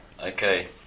Okay